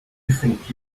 think